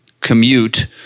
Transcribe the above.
commute